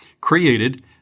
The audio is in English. created